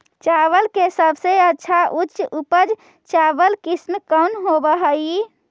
चावल के सबसे अच्छा उच्च उपज चावल किस्म कौन होव हई?